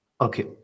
Okay